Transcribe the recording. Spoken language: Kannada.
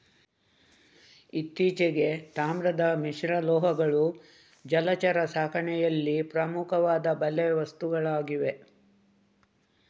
ಇತ್ತೀಚೆಗೆ, ತಾಮ್ರದ ಮಿಶ್ರಲೋಹಗಳು ಜಲಚರ ಸಾಕಣೆಯಲ್ಲಿ ಪ್ರಮುಖವಾದ ಬಲೆ ವಸ್ತುಗಳಾಗಿವೆ